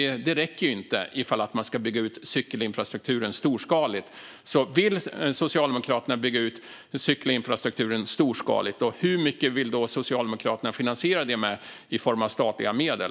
Det räcker inte ifall man ska bygga ut cykelinfrastrukturen storskaligt. Vill Socialdemokraterna bygga ut cykelinfrastrukturen storskaligt? Hur mycket vill då Socialdemokraterna finansiera det med i form av statliga medel?